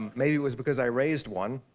maybe it was because i raised one,